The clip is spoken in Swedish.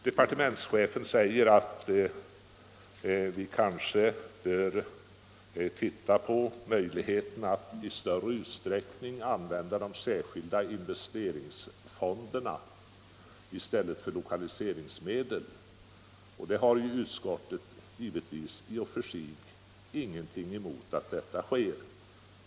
Departementschefen uttalar att vi bör se på möjligheterna att i större utsträckning använda de särskilda investeringsfonderna i stället för lokaliseringsmedel, och givetvis har utskottet i och för sig ingenting emot att så sker.